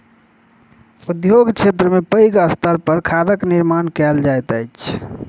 उद्योग क्षेत्र में पैघ स्तर पर खादक निर्माण कयल जाइत अछि